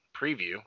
Preview